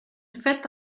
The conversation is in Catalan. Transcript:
fet